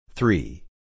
Three